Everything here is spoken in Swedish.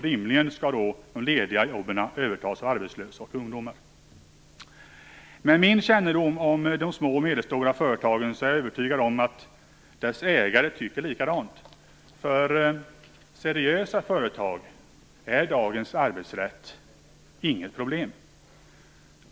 Rimligen skall då de lediga jobben övertas av arbetslösa och ungdomar. Med min kännedom om de små och medelstora företagen är jag övertygad om att deras ägare tycker likadant. För seriösa företag är dagens arbetsrätt inget problem.